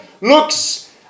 looks